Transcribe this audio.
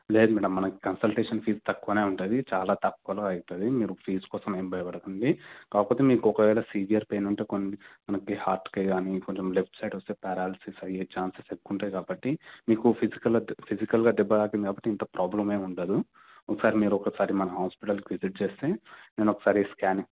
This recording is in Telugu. లేదు మ్యాడమ్ మనకి కన్సల్టేషన్ ఫీజ్ తక్కువనే ఉంటుంది చాలా తక్కువలో అవుతుంది మీరు ఫీజ్ కోసం ఏం భయపడకండి కాకపోతే మీకు ఒకవేళ సివియర్ పెయిన్ ఉంటే కొన్ని మనకి హార్ట్కే గానీ కొంచెం లెఫ్ట్ సైడ్ వస్తే పెరాలసిస్ అయ్యే ఛాన్సెస్ ఎక్కువ ఉంటాయి కాబట్టి మీకు ఫిజికల్ ఫిజికల్గా దెబ్బ తాకింది కాబట్టి ఇంత ప్రాబ్లం ఏం ఉండదు ఒకసారి మీరు ఒకసారి మన హాస్పిటల్కి విజిట్ చేస్తే నేను ఒకసారి స్క్యానింగ్